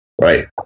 right